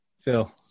phil